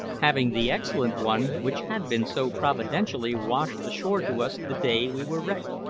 having the excellent one which had been so providentially washed ashore to us the day we were wrecked.